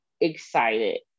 excited